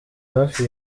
hafi